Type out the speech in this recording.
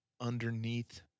underneath